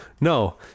no